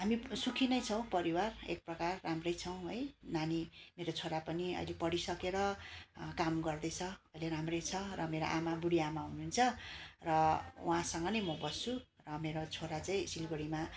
हामी सुखी नै छौँ परिवार एक प्रकार राम्रै छौँ है नानी मेरो छोरा पनि अहिले पढि सकेर काम गर्दैछ अहिले राम्रै छ र मेरो आमा बुढी आमा हुनुहुन्छ र उहाँसँग नै म बस्छु मेरो छोरा चाहिँ सिलगढीमा